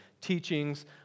teachings